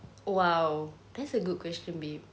!wow! that's a good question babe